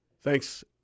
thanks